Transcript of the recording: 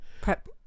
Prep